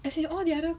as in all the other